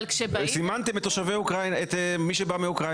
סימנתם את מי שבא מאוקראינה.